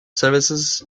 services